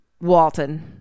Walton